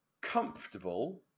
comfortable